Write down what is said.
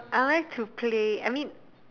I like to play I mean